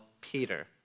Peter